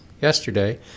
yesterday